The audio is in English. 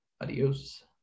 adios